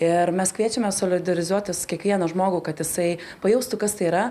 ir mes kviečiame solidarizuotis kiekvieną žmogų kad jisai pajaustų kas tai yra